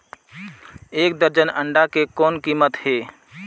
एक दर्जन अंडा के कौन कीमत हे?